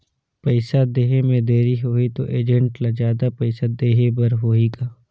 पइसा देहे मे देरी होही तो एजेंट ला जादा पइसा देही बर होही का?